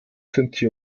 sinti